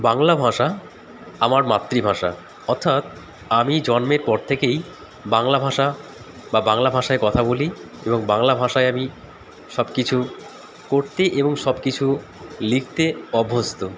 বাংলা ভাষা আমার মাতৃভাষা অর্থাৎ আমি জন্মের পর থেকেই বাংলা ভাষা বা বাংলা ভাষায় কথা বলি এবং বাংলা ভাষায় আমি সব কিছু করতে এবং সব কিছু লিখতে অভ্যস্ত